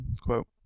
quote